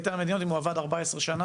יתר המדינות אם הוא עבד 14 שנה?